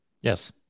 Yes